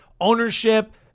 ownership